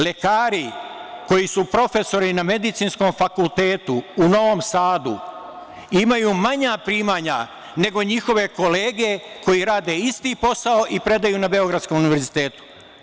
Lekari koji su profesori na Medicinskom fakultetu u Novom Sadu imaju manja primanja nego njihove kolege koji rade isti posao i predaju na Beogradskom univerzitetu.